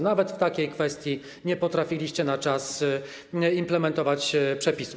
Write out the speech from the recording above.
Nawet w takiej kwestii nie potrafiliście na czas implementować przepisów.